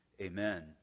Amen